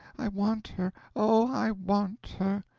i want her oh, i want her!